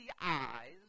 eyes